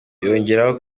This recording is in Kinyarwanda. yongeraho